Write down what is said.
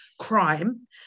crime